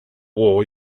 war